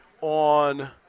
on